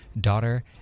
daughter